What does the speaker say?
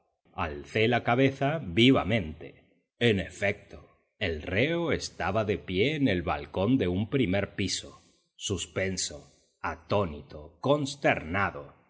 alcé la cabeza vivamente en efecto el reo estaba de pie en el balcón de un primer piso suspenso atónito consternado